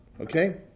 Okay